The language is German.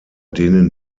denen